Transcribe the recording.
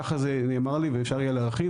ככה זה נאמר לי ואפשר יהיה להרחיב,